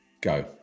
go